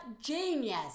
genius